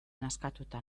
nazkatuta